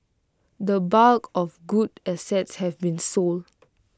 the bulk of good assets have been sold